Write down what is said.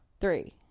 Three